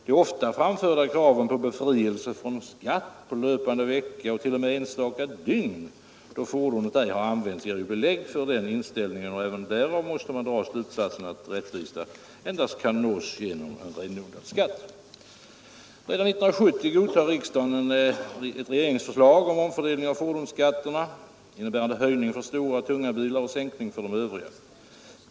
De ofta framförda kraven på befrielse från skatt på löpande vecka t.o.m. enstaka dygn då fordonet ej har använts ger ju belägg för den inställningen, och även därav måste man dra slutsatsen att rättvisa endast kan nås genom en renodlad skatt. Redan 1970 godtog riksdagen ett regeringsförslag om omfördelning av fordonsskatterna, innebärande höjning för stora och tunga bilar och sänkning för de övriga.